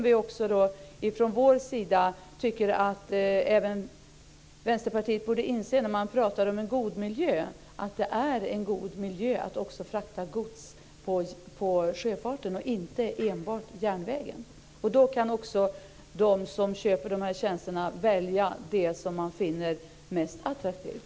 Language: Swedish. Vi tycker att även Vänsterpartiet borde inse att det är en bra för miljön att frakta gods med sjöfart och inte enbart på järnvägen. Då kan också de som köper dessa tjänster välja det som de finner mest attraktivt.